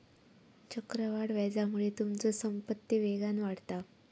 चक्रवाढ व्याजामुळे तुमचो संपत्ती वेगान वाढता